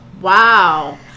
Wow